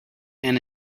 and